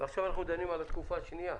ועכשיו אנחנו דנים על התקופה השנייה.